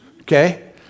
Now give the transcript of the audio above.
Okay